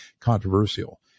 controversial